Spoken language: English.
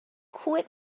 quit